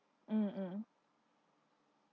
mmhmm